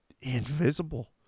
invisible